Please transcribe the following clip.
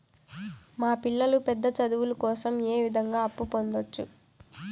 మా పిల్లలు పెద్ద చదువులు కోసం ఏ విధంగా అప్పు పొందొచ్చు?